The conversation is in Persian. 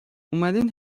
اومدین